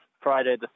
Friday